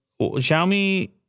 Xiaomi